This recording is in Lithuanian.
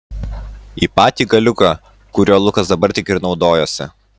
į patį galiuką kuriuo lukas dabar tik ir naudojosi